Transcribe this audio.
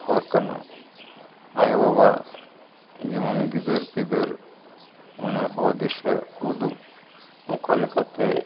ᱦᱚᱨ ᱠᱟᱱᱟ ᱟᱭᱳᱼᱵᱟᱵᱟ ᱡᱮᱢᱚᱱ ᱜᱤᱫᱟᱹᱨ ᱯᱤᱫᱟᱹᱨ ᱚᱱᱮ ᱦᱚᱨ ᱫᱤᱥᱟᱹ ᱩᱫᱩᱜ ᱚᱠᱟ ᱞᱮᱠᱟᱛᱮ